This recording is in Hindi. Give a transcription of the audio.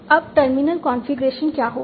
अब टर्मिनल कॉन्फ़िगरेशन क्या होगा